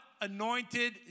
anointed